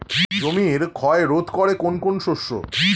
জমির ক্ষয় রোধ করে কোন কোন শস্য?